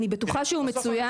אני בטוחה שהוא מצוין.